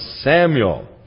Samuel